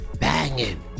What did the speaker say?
banging